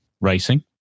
racing